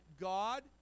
god